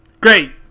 great